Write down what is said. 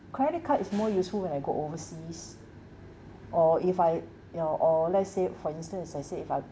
credit card is more useful when I go overseas or if I you know or let's say for instance I said if I